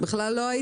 לא,